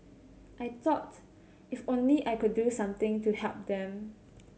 I thought if only I could do something to help them